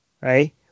right